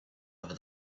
over